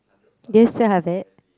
do you still have it